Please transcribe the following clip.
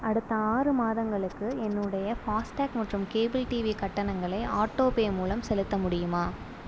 அடுத்த ஆறு மாதத்துக்கு என்னுடைய ஃபாஸ்டேக் மற்றும் கேபிள் டிவி கட்டணங்களை ஆட்டோபே மூலம் செலுத்த முடியுமா